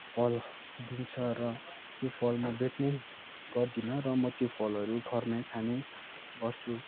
फल दिन्छ र त्यो फल म बेच्ने गर्दिनँ र म त्यो फलहरू घरमै खानेगर्छु